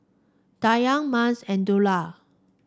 Dayang Mas and Dollah